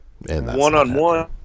One-on-one